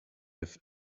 have